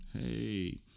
Hey